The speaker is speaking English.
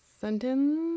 sentence